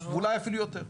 אולי אפילו יותר.